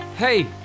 Hey